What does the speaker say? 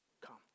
come